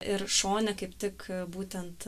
ir šone kaip tik būtent